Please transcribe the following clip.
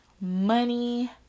Money